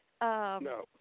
No